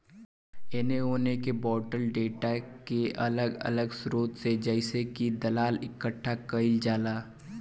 एने ओने के बॉटल डेटा के अलग अलग स्रोत से जइसे दलाल से इकठ्ठा कईल जाला